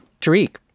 Tariq